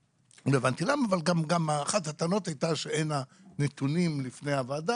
אבל אחת הטענות הייתה שאין נתונים לפני הוועדה